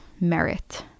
merit